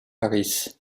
harris